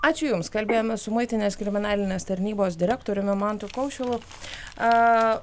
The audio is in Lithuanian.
ačiū jums kalbėjome su muitinės kriminalinės tarnybos direktoriumi mantu kaušilu a